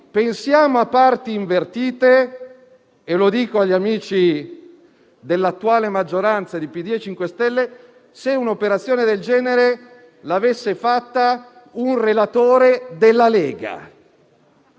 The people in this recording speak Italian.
Quante ipotesi di inchieste sarebbero partite? Noi badiamo alla sostanza, non alla forma. Si vuole dare tempo per arrivare a questa riforma? Bene.